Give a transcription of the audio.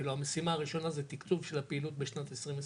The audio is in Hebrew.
הלוא המשימה הראשונה היא תקצוב של הפעילות בשנת 2022,